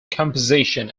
composition